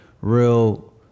real